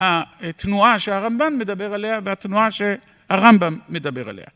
התנועה שהרמב"ן מדבר עליה, והתנועה שהרמב"ם מדבר עליה